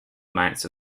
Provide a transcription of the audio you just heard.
amounts